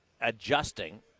adjusting